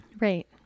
Right